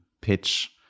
pitch